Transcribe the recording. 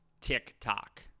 TikTok